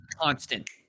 constant